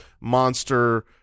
monster